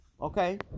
Okay